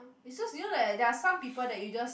it's just do you know that there are some people that you just